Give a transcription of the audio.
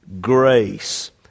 grace